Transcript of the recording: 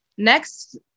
Next